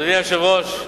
אדוני היושב-ראש,